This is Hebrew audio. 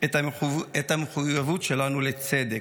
את המחויבות שלנו לצדק,